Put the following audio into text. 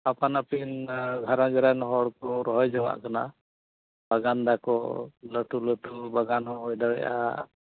ᱟᱯᱟᱱ ᱟᱹᱯᱤᱱ ᱜᱷᱟᱨᱚᱸᱡᱽ ᱨᱮᱱ ᱦᱚᱲᱠᱚ ᱨᱚᱦᱚᱭ ᱡᱚᱱᱟᱜ ᱠᱟᱱᱟ ᱵᱟᱜᱟᱱ ᱫᱟᱠᱚ ᱞᱟᱹᱴᱩ ᱞᱟᱹᱴᱩ ᱵᱟᱜᱟᱱ ᱦᱚᱸ ᱦᱩᱭ ᱫᱟᱲᱮᱭᱟᱜᱼᱟ